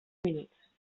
minuts